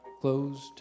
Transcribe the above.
Closed